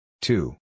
Two